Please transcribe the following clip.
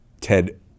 Ted